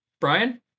Brian